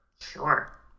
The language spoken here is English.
sure